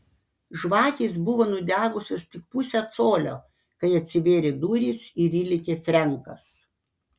žvakės buvo nudegusios tik pusę colio kai atsivėrė durys ir įlėkė frenkas